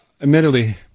admittedly